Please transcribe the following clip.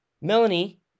Melanie